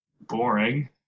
boring